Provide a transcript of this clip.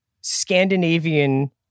Scandinavian